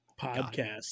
podcast